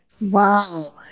wow